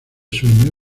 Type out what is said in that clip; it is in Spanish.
sueño